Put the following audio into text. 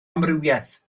amrywiaeth